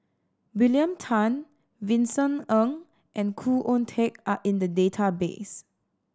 William Tan Vincent Ng and Khoo Oon Teik are in the database